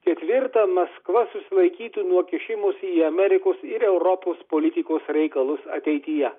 ketvirta maskva susilaikytų nuo kišimosi į amerikos ir europos politikos reikalus ateityje